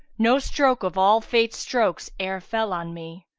no stroke of all fate's strokes e'er fell on me,